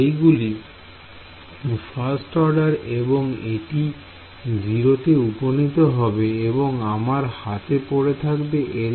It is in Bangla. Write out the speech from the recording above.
এগুলি ফার্স্ট অর্ডার এবং এটি 0 তে উপনীত হবে এবং আমার হাতে পড়ে থাকবে Li's